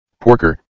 Porker